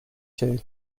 two